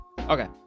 okay